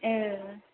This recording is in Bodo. औ